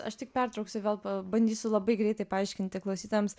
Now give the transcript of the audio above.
aš tik pertrauksiu gal pabandysiu labai greitai paaiškinti klausytojams